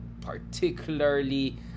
particularly